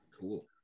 Cool